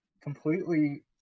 Completely